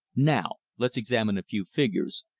now let's examine a few figures.